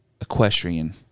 equestrian